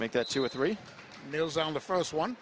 make that two or three meals on the first one